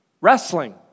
wrestling